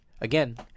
Again